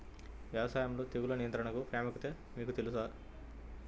వ్యవసాయంలో తెగుళ్ల నియంత్రణ ప్రాముఖ్యత మీకు తెలుసా?